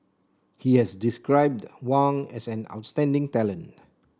he has described Wang as an outstanding talent